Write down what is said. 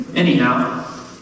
Anyhow